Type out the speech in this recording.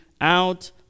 out